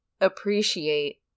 appreciate